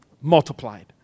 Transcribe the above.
multiplied